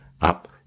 up